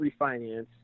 refinance